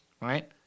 right